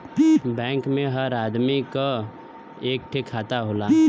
bank मे हर आदमी क एक ठे खाता होला